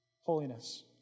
holiness